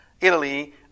Italy